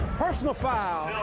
personal foul,